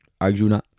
Arjuna